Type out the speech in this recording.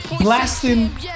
blasting